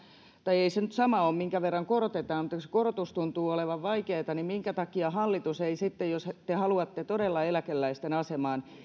tai ei se nyt sama ole minkä verran korotetaan kun se korotus tuntuu olevan vaikeaa minkä takia hallitus ei sitten jos te haluatte todella eläkeläisten asemaan